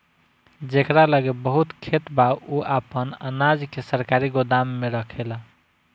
जेकरा लगे बहुत खेत बा उ आपन अनाज के सरकारी गोदाम में रखेला